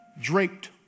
draped